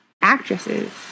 actresses